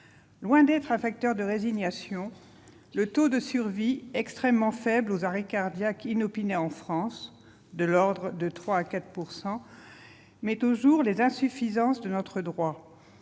Loin d'être un facteur de résignation, le taux de survie extrêmement faible aux arrêts cardiaques inopinés en France, de l'ordre de 3 % à 4 %, met au jour les insuffisances de notre droit.